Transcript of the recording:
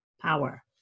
power